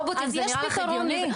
רובוטים זה נראה לך הגיוני?